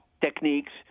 techniques